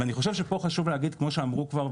אני חושב שפה חשוב להגיד כמו שאמרו כבר,